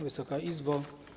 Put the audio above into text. Wysoka Izbo!